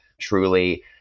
truly